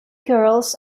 girls